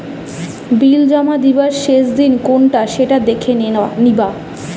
বিল জমা দিবার শেষ দিন কোনটা সেটা দেখে নিবা